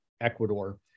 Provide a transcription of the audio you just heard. Ecuador